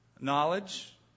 knowledge